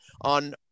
on